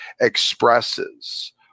expresses